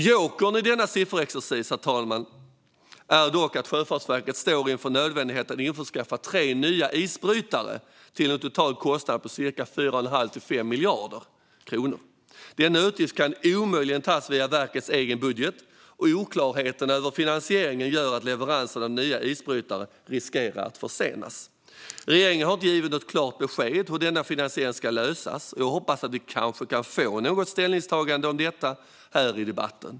Jokern i denna sifferexercis, herr talman, är dock att Sjöfartsverket står inför nödvändigheten att införskaffa tre nya isbrytare till en total kostnad på 4 1⁄2-5 miljarder kronor. Denna utgift kan omöjligen tas via verkets egen budget, och oklarheten över finansieringen gör att leveransen av nya isbrytare riskerar att försenas. Regeringen har inte givit något klart besked om hur denna finansiering ska lösas. Jag hoppas att vi kanske kan få något ställningstagande om detta här i debatten.